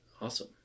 awesome